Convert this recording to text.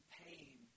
pain